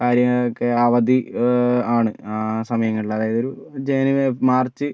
കാര്യങ്ങൾക്കൊക്കെ അവധി ആണ് ആ സമയങ്ങളിൽ അതായത് ജനുവരി മാർച്ച്